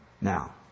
Now